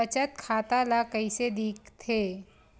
बचत खाता ला कइसे दिखथे?